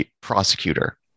prosecutor